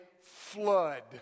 flood